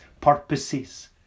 purposes